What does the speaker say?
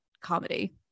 comedy